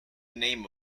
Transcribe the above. name